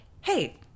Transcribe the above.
hey